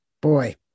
boy